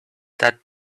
that